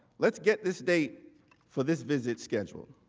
let's get this date for this visit scheduled.